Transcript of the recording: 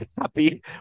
happy